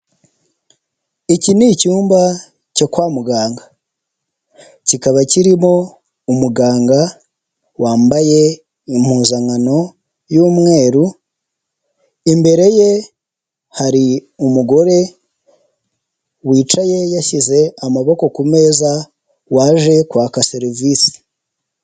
Iki ni icyumba cyo kwa muganga kikaba kirimo umuganga wambaye impuzankano y'umweru, imbere ye hari umugore wicaye yashyize amaboko ku meza waje kwaka serivise.